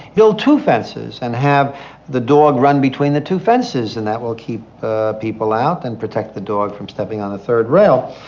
build two fences and have the dog run between the two fences and that will keep ah people out and protect the dog from stepping on a third rail.